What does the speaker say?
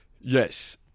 Yes